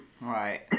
Right